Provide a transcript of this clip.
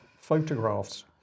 photographs